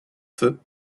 feu